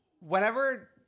whenever